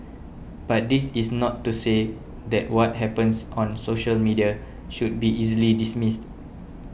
but this is not to say that what happens on social media should be easily dismissed